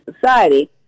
Society